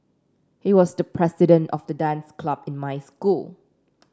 he was the president of the dance club in my school